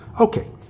Okay